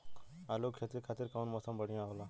आलू के खेती खातिर कउन मौसम बढ़ियां होला?